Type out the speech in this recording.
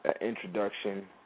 introduction